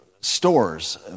stores